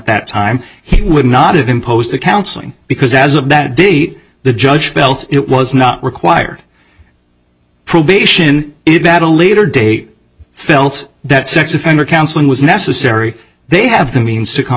that time he would not have imposed the counseling because as of that date the judge felt it was not required probation it had a later date felt that sex offender counseling was necessary they have the means to come